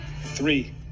three